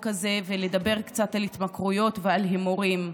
הזה ולדבר קצת על התמכרויות ועל הימורים.